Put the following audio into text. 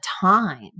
time